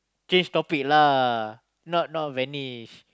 change topic lah not not vanish